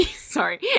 Sorry